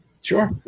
Sure